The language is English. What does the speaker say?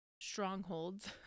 strongholds